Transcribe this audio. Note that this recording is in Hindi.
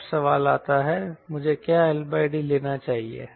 अब सवाल आता है मुझे क्या LD लेना चाहिए